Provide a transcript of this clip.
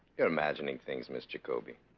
you're imagining things. miss jacobi.